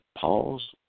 pause